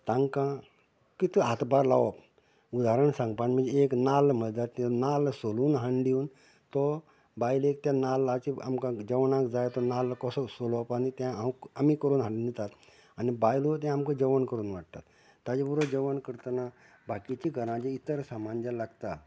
तांकां कितें हातबार लावप उदारण सांगपाचें म्हणजे एक नाल्ल मदत नाल्ल सोलून हाडून दिवन तो बायलेक त्या नाल्लाची आमकां जेवणाक जाय तो नाल्ल कसो सोलप आनी तें हांव आमी करून हाडून दितात आनी बायलो तें आमकां जेवण करून वाडटात ताजे बरोबर जेवण करतना बाकीचीं घरांतलीं इतर सामान जें लागता